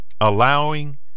allowing